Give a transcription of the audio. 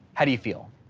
how do you feel?